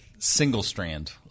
Single-strand